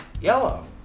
Yellow